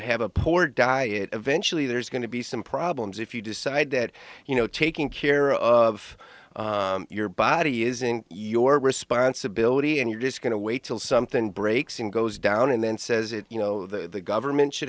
have a poor die eventually there's going to be some problems if you decide that you know taking care of your body is in your responsibility and you're just going to wait till something breaks and goes down and then says you know the government should